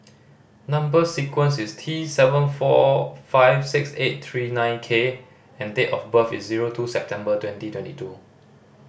number sequence is T seven four five six eight three nine K and date of birth is zero two September twenty twenty two